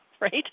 right